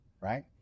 right